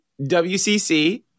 WCC